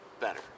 better